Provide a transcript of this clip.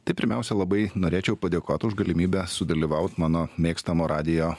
tai pirmiausia labai norėčiau padėkot už galimybę sudalyvaut mano mėgstamo radijo